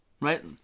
Right